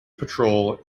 patrol